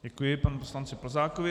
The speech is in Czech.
Děkuji panu poslanci Plzákovi.